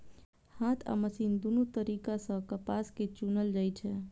हाथ आ मशीन दुनू तरीका सं कपास कें चुनल जाइ छै